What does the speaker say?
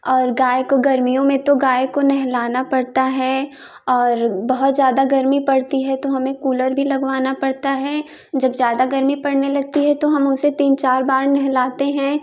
और गाय को गर्मियों में तो गाय को नहलाना पड़ता है और बहुत ज़्यादा गर्मी पड़ती है तो हमें कूलर भी लगवाना पड़ता है जब ज़्यादा गर्मी पड़ने लगती है तो हम उसे तीन चार बार नहलाते हैं